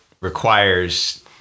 requires